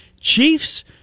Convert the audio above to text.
Chiefs